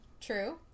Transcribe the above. True